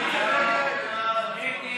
ההסתייגות